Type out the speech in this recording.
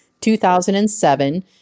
2007